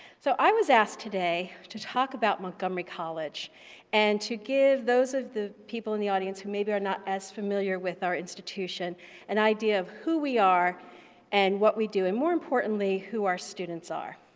so i was asked today to talk about montgomery college and to give those of the people in the audience who maybe are not as familiar with our institution an idea of who we are and what we do, and more importantly, who are students are.